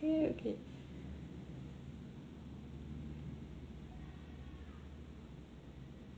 okay okay